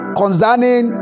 concerning